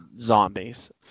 zombies